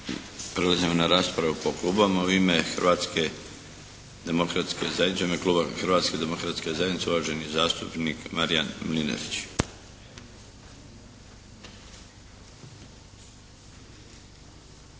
Prelazimo na raspravu po klubovima. U ime kluba Hrvatske demokratske zajednice uvaženi zastupnik Marijan Mlinarić.